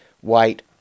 white